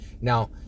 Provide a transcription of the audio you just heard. Now